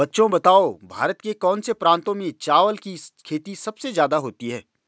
बच्चों बताओ भारत के कौन से प्रांतों में चावल की खेती सबसे ज्यादा होती है?